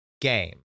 game